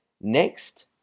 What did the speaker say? Next